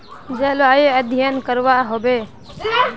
जलवायु अध्यन करवा होबे बे?